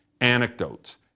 anecdotes